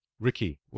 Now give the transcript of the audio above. Ricky